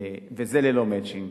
וזה ללא "מצ'ינג".